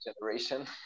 generation